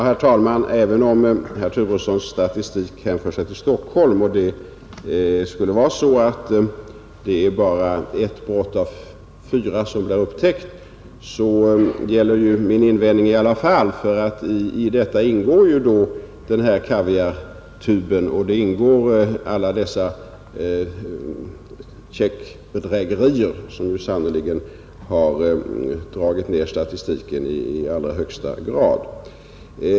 Herr talman! Även om herr Turessons statistik hänför sig till Stockholm och det skulle vara så att bara ett brott av fyra blir upptäckt, gäller ju min invändning i alla fall; i statistiken ingår ju då också den där kaviartuben och alla checkbedrägerier, som sannerligen har dragit ned statistiken i allra högsta grad.